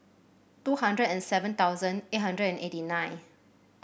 two hundred and seven thousand eight hundred and eighty nine